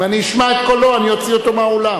אם אני אשמע את קולו אני אוציא אותו מהאולם.